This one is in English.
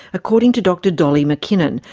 according to dr dolly mackinnon,